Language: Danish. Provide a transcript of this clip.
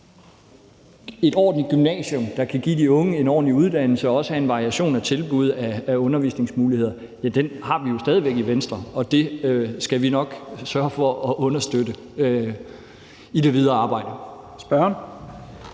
et ordentligt gymnasium, der kan give de unge en ordentlig uddannelse og også have en variation af tilbud og undervisningsmuligheder, har vi jo stadig væk i Venstre, og det skal vi nok sørge for at understøtte i det videre arbejde. Kl.